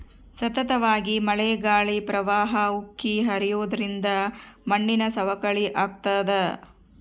ಸತತವಾಗಿ ಮಳೆ ಗಾಳಿ ಪ್ರವಾಹ ಉಕ್ಕಿ ಹರಿಯೋದ್ರಿಂದ ಮಣ್ಣಿನ ಸವಕಳಿ ಆಗ್ತಾದ